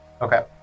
Okay